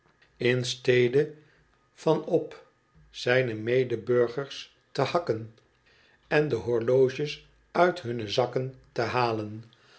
in stede van op zijne medeburgers te hakken en de horloges uit hunne zakken te halen